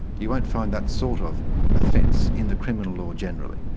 you won't find that sort of offence in the criminal law, generally.